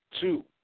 two